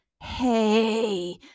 hey